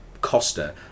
Costa